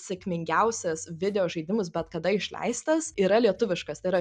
sėkmingiausias videožaidimus bet kada išleistas yra lietuviškas tai yra